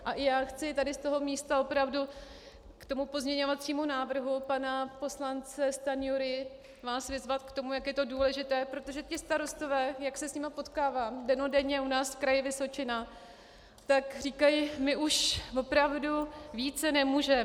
A i já chci tady z tohoto místa opravdu k tomu pozměňovacímu návrhu pana poslance Stanjury vás vyzvat k tomu, jak je to důležité, protože ti starostové, jak se s nimi potkávám dennodenně u nás v Kraji Vysočina, tak říkají: My už opravdu více nemůžeme.